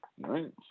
right